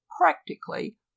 practically